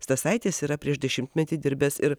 stasaitis yra prieš dešimtmetį dirbęs ir